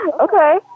Okay